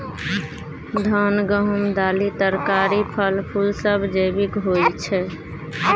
धान, गहूम, दालि, तरकारी, फल, फुल सब जैविक होई छै